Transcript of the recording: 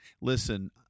Listen